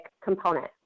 component